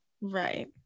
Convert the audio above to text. Right